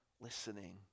listening